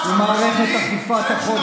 הם שהגישו את הצעת האי-אמון.